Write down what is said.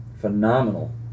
phenomenal